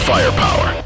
Firepower